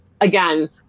Again